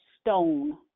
stone